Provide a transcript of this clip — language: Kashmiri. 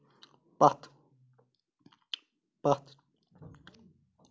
پَتھ پَتھ